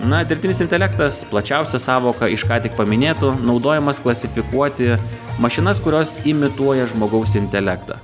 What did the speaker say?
na dirbtinis intelektas plačiausia sąvoka iš ką tik paminėtų naudojamas klasifikuoti mašinas kurios imituoja žmogaus intelektą